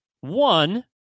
one